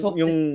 yung